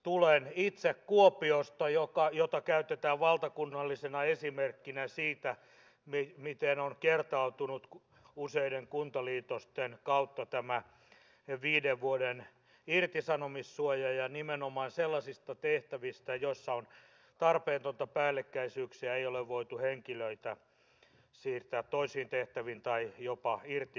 tulen itse kuopiosta jota käytetään valtakunnallisena esimerkkinä siitä miten on kertautunut useiden kuntaliitosten kautta tämä viiden vuoden irtisanomissuoja ja nimenomaan sellaisista tehtävistä joissa on tarpeettomia päällekkäisyyksiä ei ole voitu henkilöitä siirtää toisiin tehtäviin tai jopa irtisanoa